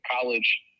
college